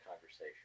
conversation